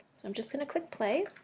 so i'm just going to click play.